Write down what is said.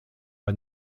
bei